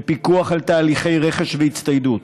בפיקוח על תהליכי רכש והצטיידות,